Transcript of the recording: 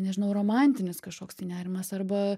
nežinau romantinis kažkoks tai nerimas arba